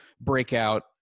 breakout